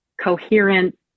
coherent